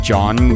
John